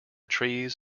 trees